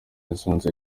yasanze